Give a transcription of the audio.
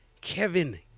Kevin